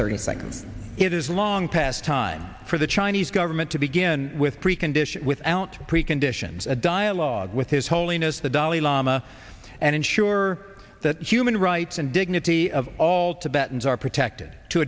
thirty think it is long past time for the chinese government to begin with precondition without preconditions a dialogue with his holiness the dalai lama and ensure that human rights and dignity of all tibetans are protected to